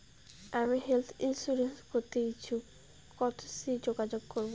আমি health insurance করতে ইচ্ছুক কথসি যোগাযোগ করবো?